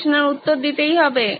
প্রশ্নের উত্তর দিতেই হবে